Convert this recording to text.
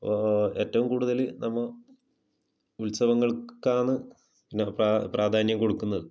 അപ്പോൾ ഏറ്റവും കൂടുതൽ നമ്മൾ ഉത്സവങ്ങൾക്കാന്ന് പിന്നെ പ്രാ പ്രാധാന്യം കൊടുക്കുന്നത്